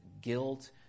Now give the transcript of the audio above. guilt